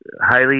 highly